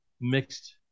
mixed